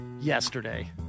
yesterday